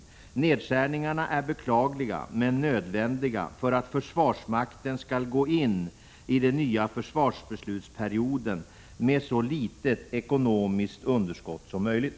Nedskärningarna är beklagliga men nödvändiga för att försvarsmakten skall gå in i den nya försvarsbeslutsperioden med så litet ekonomiskt underskott som möjligt.